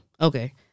Okay